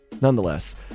Nonetheless